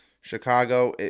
Chicago